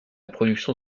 production